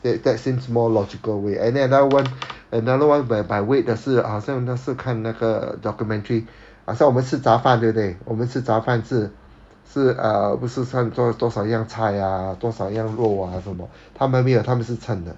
that that seems more logical way and then another one another one by by weight 的是好像那次看那个 documentary 好像我们吃杂饭对不对我们吃杂饭是是 uh chan 多多少样菜 ah 多少样肉 ah 他们没有他们是 chan 的